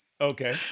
Okay